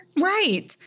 Right